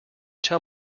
tell